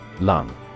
Lung